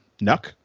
Nuck